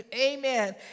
amen